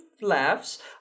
laughs